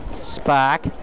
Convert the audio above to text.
Spark